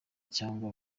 cyangwa